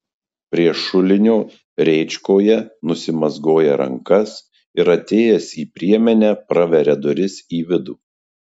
prie šulinio rėčkoje nusimazgoja rankas ir atėjęs į priemenę praveria duris į vidų